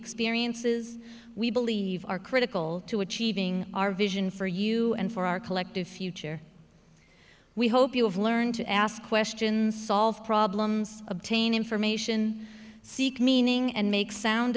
experiences we believe are critical to achieving our vision for you and for our collective future we hope you have learned to ask questions solve problems obtain information seek meaning and make sound